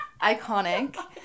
Iconic